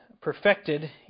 perfected